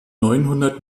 neunhundert